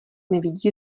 nevidí